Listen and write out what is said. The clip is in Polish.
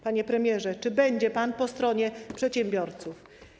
Panie premierze, czy będzie pan po stronie przedsiębiorców?